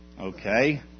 Okay